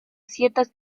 ciertas